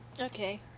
Okay